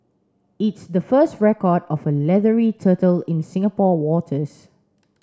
it's the first record of a leathery turtle in Singapore waters